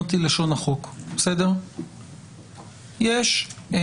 מגמה של צמצום העבירות בתוספת ככל שיש יותר